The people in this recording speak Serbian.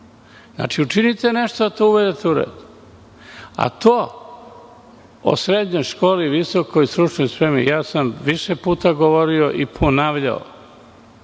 Zlatibora. Učinite nešto da to uvedite u red, a to o srednjoj školi, visokoj stručnoj spremi, ja sam više puta govorio i ponavljao